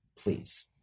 Please